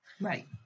Right